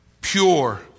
pure